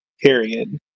period